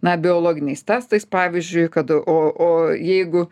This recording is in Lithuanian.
na biologiniais testais pavyzdžiui kad o o jeigu